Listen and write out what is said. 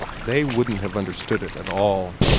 they wouldn't have understood it at all.